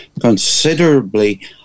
considerably